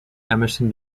emerson